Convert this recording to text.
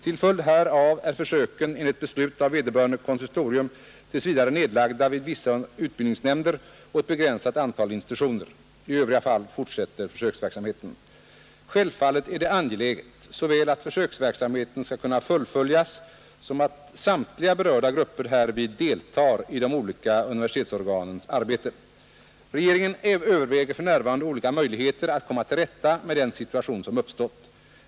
Till följd härav är försöken enligt beslut av vederbörande konsistorium tills vidare nedlagda vid vissa utbildningsnämnder och ett begränsat antal institutioner. I övriga fall fortgår försöksverksamheten. Självfallet är det angeläget såväl att försöksverksamheten skall kunna fullföljas som att samtliga berörda grupper härvid deltar i de olika universitetsorganens arbete. Regeringen överväger för närvarande olika möjligheter att komma till rätta med den situation som uppstått.